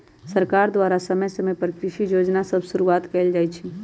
सरकार द्वारा समय समय पर कृषि जोजना सभ शुरुआत कएल जाइ छइ